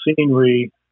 scenery